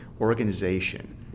organization